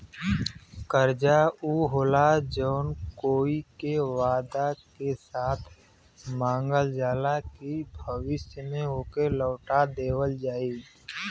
कर्जा ऊ होला जौन कोई से वादा के साथ मांगल जाला कि भविष्य में ओके लौटा देवल जाई